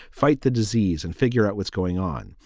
fight the disease and figure out what's going on.